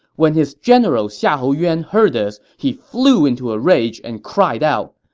when his general xiahou yuan heard this, he flew into a rage and cried out,